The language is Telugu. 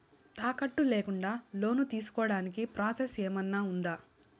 తాకట్టు లేకుండా లోను తీసుకోడానికి ప్రాసెస్ ఏమన్నా ఉందా?